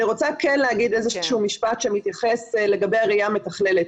אני רוצה כן להגיד איזשהו משפט שמתייחס לגבי הראיה המתכללת.